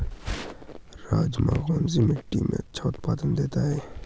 राजमा कौन सी मिट्टी में अच्छा उत्पादन देता है?